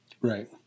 right